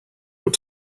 able